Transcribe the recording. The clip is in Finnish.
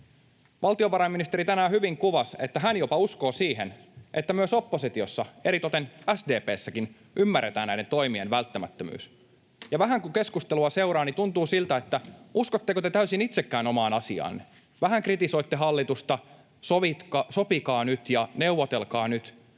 Valtiovarainministeri tänään hyvin kuvasi, että hän jopa uskoo siihen, että myös oppositiossa, eritoten SDP:ssäkin, ymmärretään näiden toimien välttämättömyys. Ja vähän kun keskustelua seuraa, niin tuntuu siltä, että uskotteko te täysin itsekään omaan asiaanne. Vähän kritisoitte hallitusta, ”sopikaa nyt ja neuvotelkaa nyt”,